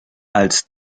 als